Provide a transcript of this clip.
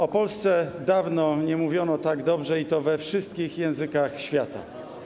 O Polsce dawno nie mówiono tak dobrze, i to we wszystkich językach świata.